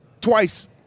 Twice